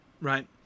right